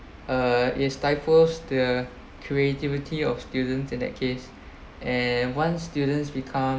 uh is stifles the creativity of students in that case and ones students become